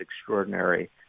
extraordinary